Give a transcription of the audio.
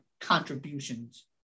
contributions